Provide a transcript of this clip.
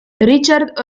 richard